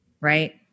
Right